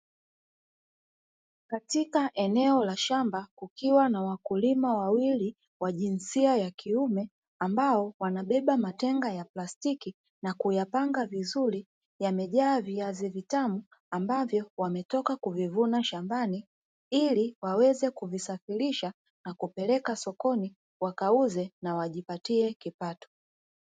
Katika eneo la shamba kukiwa na wakulima wawili wa jinsia ya kiume ambao wanabeba matenga ya plastiki na kuyapanga vizuri, yamejaa viazi vitamu ambavyo wametoka kuvivuna shambani, ili waweze kuvisafirisha na kupeleka sokoni wakauze na wajipatie kipato.